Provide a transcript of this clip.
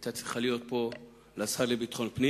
היתה צריכה להיות פה לשר לביטחון פנים